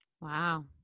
Wow